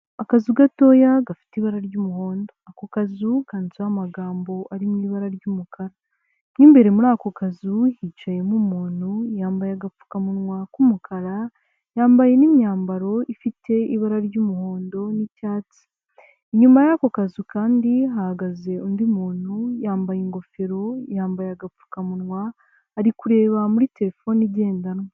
Akazu gatoya gafite ibara ry'umuhondo ako kazu kanditseho amagambo ari mu ibara ry'umukara. Mo imbere muri ako kazu hicayemo umuntu yambaye agapfukamunwa k'umukara, yambaye n'imyambaro ifite ibara ry'umuhondo n'icyatsi. Inyuma y'ako kazu kandi hahagaze undi muntu yambaye ingofero, yambaye agapfukamunwa ari kureba muri telefone igendanwa.